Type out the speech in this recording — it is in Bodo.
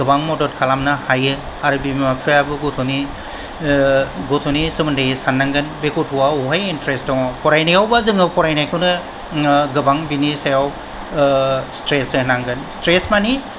गोबां मदद खालामनो हायो आरो बिमा बिफायाबो गथ'नि गथ'नि सोमोन्दै साननांगोन बे गथ'आ अबावहाय इन्ट्रेस्ट दङ' फरायनायावब्ला जोङो फरायनायखौनो गोबां बिनि सायाव स्ट्रेस होनांगोन स्ट्रेस मानि